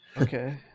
Okay